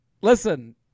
Listen